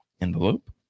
envelope